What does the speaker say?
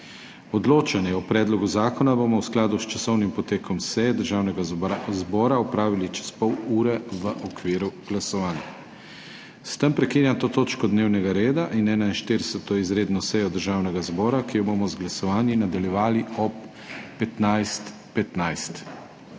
Odločanje o predlogu zakona bomo v skladu s časovnim potekom seje Državnega zbora opravili čez pol ure, v okviru glasovanj. S tem prekinjam to točko dnevnega reda in 41. izredno sejo Državnega zbora, ki jo bomo z glasovanji nadaljevali ob 15:15,